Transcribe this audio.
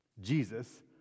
Jesus